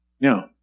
Now